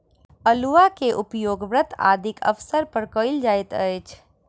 अउलुआ के उपयोग व्रत आदिक अवसर पर कयल जाइत अछि